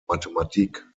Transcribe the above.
mathematik